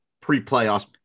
pre-playoffs